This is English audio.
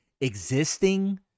existing